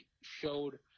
showed